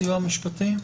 הסיוע המשפטי.